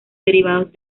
derivados